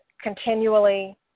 continually